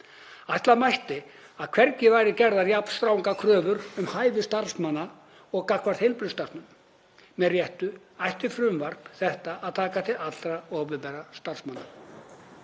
Ætla mætti að hvergi væru gerðar jafn strangar kröfur um hæfni starfsmanna og gagnvart heilbrigðisstarfsmönnum. Með réttu ætti frumvarp þetta að taka til allra opinberra starfsmanna.